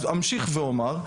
אז אמשיך ואומר,